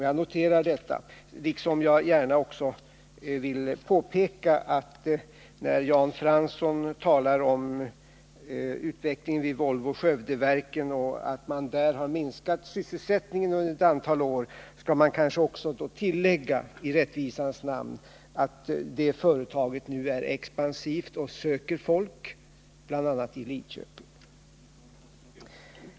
Jag noterar detta, liksom jag gärna vill påpeka att när Jan Fransson talar om utvecklingen vid Volvo-Skövdeverken och säger att man där minskat sysselsättningen under ett antal år, så bör det i rättvisans namn tilläggas att det företaget nu är expansivt och söker folk, bl.a. i Lidköping.